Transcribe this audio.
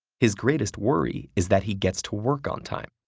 his greatest worry is that he gets to work on time.